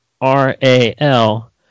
R-A-L